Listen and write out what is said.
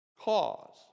cause